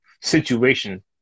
situation